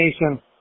Nation